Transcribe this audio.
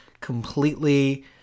completely